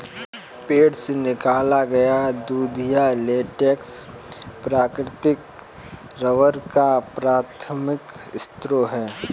पेड़ से निकाला गया दूधिया लेटेक्स प्राकृतिक रबर का प्राथमिक स्रोत है